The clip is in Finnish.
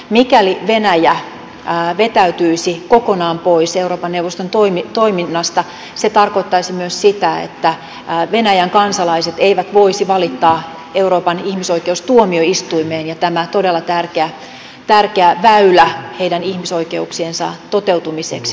mikäli venäjä vetäytyisi kokonaan pois euroopan neuvoston toiminnasta se tarkoittaisi myös sitä että venäjän kansalaiset eivät voisi valittaa euroopan ihmisoikeustuomioistuimeen ja tämä todella tärkeä väylä heidän ihmisoikeuksiensa toteutumiseksi sulkeutuisi